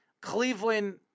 Cleveland